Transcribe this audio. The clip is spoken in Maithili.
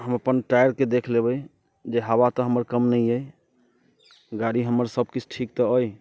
हम अपन टायरकेँ देख लेबै जे हवा तऽ हमर कम नहि अइ गाड़ी हमर सभकिछु ठीक तऽ अइ